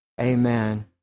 Amen